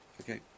Okay